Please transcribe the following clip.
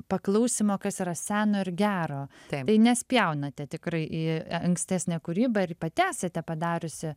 paklausymo kas yra seno ir gero tai nespjaunate tikrai į ankstesnę kūrybą ir pati esate padariusi